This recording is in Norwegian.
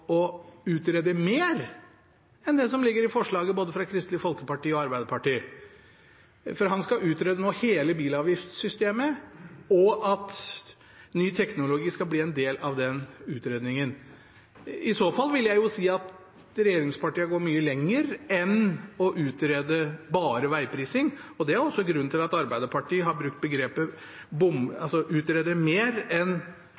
å utrede mer enn det som ligger i forslagene fra både Kristelig Folkeparti og Arbeiderpartiet, for han skal nå utrede hele bilavgiftssystemet, og ny teknologi skal bli en del av den utredningen. I så fall vil jeg si at regjeringspartiene går mye lenger enn å utrede bare veiprising, og det er også grunnen til at Arbeiderpartiet har sagt at man skal utrede mer enn